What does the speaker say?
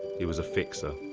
he was a fixer.